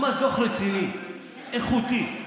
ממש דוח רציני, איכותי.